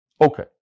Okay